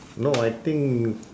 no I think